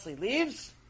leaves